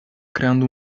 creando